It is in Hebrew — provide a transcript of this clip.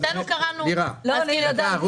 שתינו קראנו --- אני יודעת.